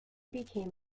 became